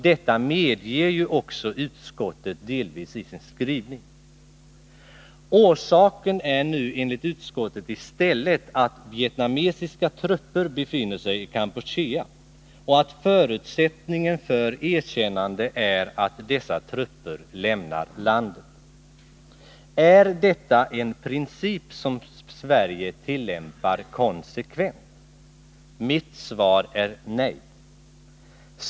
Detta medger också utskottet delvis i sin skrivning. Orsaken till utskottets ställningstagande är nu enligt utskottet i stället att vietnamesiska trupper befinner sig i Kampuchea och att förutsättningen för ett erkännande är att dessa trupper lämnar landet. Är detta en princip som Sverige tillämpar konsekvent? Mitt svar är nej.